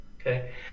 Okay